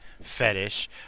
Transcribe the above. fetish